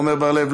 עמר בר-לב,